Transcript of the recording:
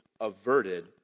averted